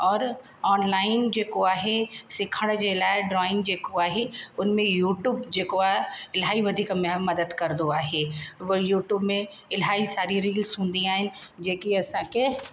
और ऑनलाइन जेको आहे सिखण जे लाइ ड्रॉइंग जेको आहे उनमें यूट्यूब जेको आहे इलाही वधीक मदद करदो आहे यूट्यूब में इलाही सारी रील्स हूंदी आहिनि जेकी असांखे